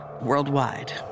worldwide